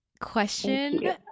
Question